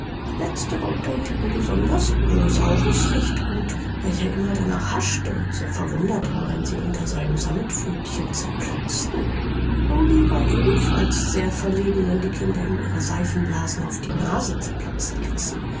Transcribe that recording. letztere unterhielten besonders rosaurus recht gut welcher immer danach haschte und sehr verwundert war wenn sie unter seinen sammetpfötchen zerplatzten joly war ebenfalls sehr verlegen wenn die kinder ihm ihre seifenblasen auf die nase zerplatzen ließen